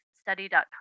study.com